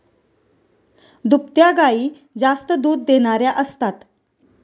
दुभत्या गायी जास्त दूध देणाऱ्या असतात